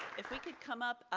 if we could come up, ah